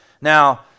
Now